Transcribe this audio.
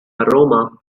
aroma